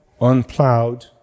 unplowed